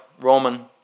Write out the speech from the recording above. Roman